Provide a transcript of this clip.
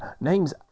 Name's